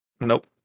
Nope